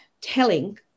telling